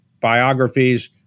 biographies